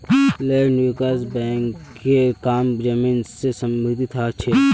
land विकास बैंकेर काम जमीन से सम्बंधित ह छे